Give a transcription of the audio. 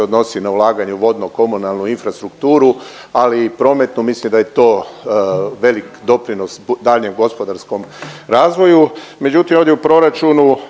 odnosi na ulaganje u vodno komunalnu infrastrukturu, ali i prometnu, mislim da je to velik doprinos daljnjem gospodarskom razvoju.